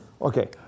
Okay